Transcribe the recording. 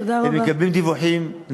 הם מקבלים דיווחים, תודה רבה.